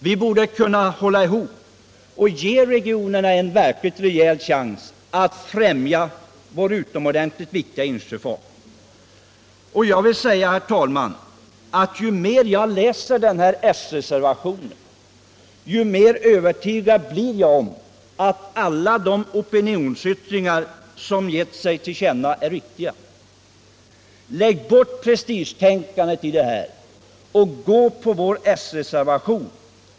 Vi borde kunna hålla ihop och ge regionerna en verkligt rejäl chans att främja vår utomordentligt viktiga insjöfart. Ju mer jag läser s-reservationen, desto mer övertygad blir jag om att alla de opinionsyttringar som hörts av är riktiga. Lägg bort prestigetänkandet i detta fall och gå på vår s-reservation!